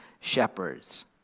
shepherds